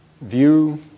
view